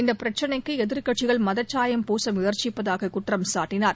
இந்தப் பிரச்சனைக்கு எதிர்க்கட்சிகள் மதச்சாயம் பூச முயற்சிப்பதாக குற்றம் சாட்டினார்